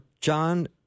John